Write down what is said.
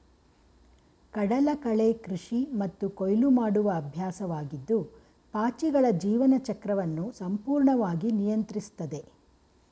ಕಡಲಕಳೆ ಕೃಷಿ ಮತ್ತು ಕೊಯ್ಲು ಮಾಡುವ ಅಭ್ಯಾಸವಾಗಿದ್ದು ಪಾಚಿಗಳ ಜೀವನ ಚಕ್ರವನ್ನು ಸಂಪೂರ್ಣವಾಗಿ ನಿಯಂತ್ರಿಸ್ತದೆ